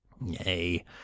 Nay